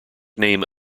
name